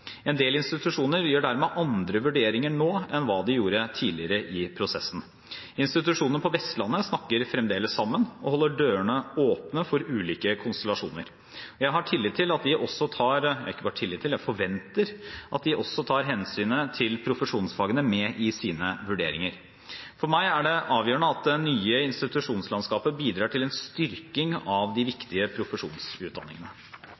En del institusjoner gjør dermed andre vurderinger nå enn hva de gjorde tidligere i prosessen. Institusjonene på Vestlandet snakker fremdeles sammen og holder dørene åpne for ulike konstellasjoner. Jeg har tillit til, og jeg forventer at de også tar hensynet til profesjonsfagene med i sine vurderinger. For meg er det avgjørende at det nye institusjonslandskapet bidrar til en styrking av de viktige profesjonsutdanningene.